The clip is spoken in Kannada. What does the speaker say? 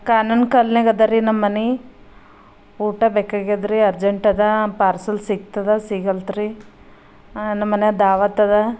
ಕಾನೂನು ಕಾಲ್ನಿಗ ಅದಾರಿ ನಮ್ಮ ಮನೆ ಊಟ ಬೇಕಾಗಿದ್ರಿ ಅರ್ಜಂಟ್ ಅದ ಪಾರ್ಸಲ್ ಸಿಗ್ತದ ಸಿಗಲ್ತ್ರಿ ನಮ್ಮ ಮನೆ ದಾವತ್ ಅದ